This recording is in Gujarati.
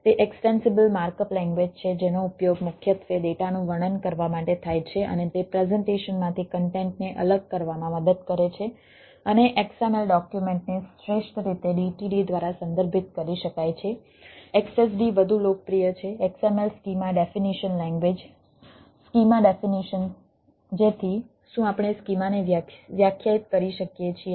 તે એક્સ્ટેન્સિબલ માર્કઅપ લેંગ્વેજ છે જેનો ઉપયોગ મુખ્યત્વે ડેટાનું વર્ણન કરવા માટે થાય છે અને તે પ્રેઝન્ટેશન સ્કીમા ડેફિનિશન જેથી શું આપણે સ્કીમાને વ્યાખ્યાયિત કરી શકીએ છીએ